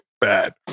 bad